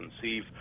Conceive